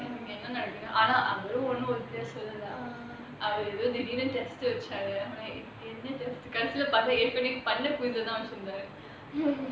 ஆனா அவரும் ஒன்னும் உருபடியா சொல்லல அவரு ஏதோ திடீர்னு:aana avarum onnum urupadiyaa sollala avaru edho tideernu test வச்சாரு ஆனா என்ன:vachaaru aana enna test கடைசில பார்த்தா ஏற்கனவே பண்ணததான் வச்சிருந்தாரு:kadasila paartha yaerkanavae pannathathaan vachiruntharu